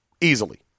easily